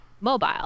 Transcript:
mobile